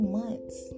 months